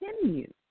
continue